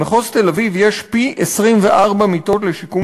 במחוז תל-אביב יש פי-24 מיטות לשיקום